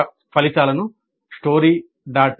వ్యాయామం యొక్క ఫలితాలను story